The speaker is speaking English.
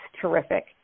terrific